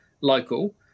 local